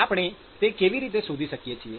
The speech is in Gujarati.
આપણે તે કેવી રીતે શોધી શકીએ છીએ